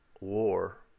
war